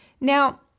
Now